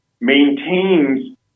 maintains